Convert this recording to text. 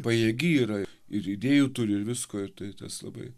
pajėgi yra ir idėjų turi ir visko ir tai tas labai